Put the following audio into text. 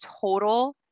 total